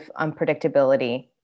unpredictability